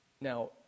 Now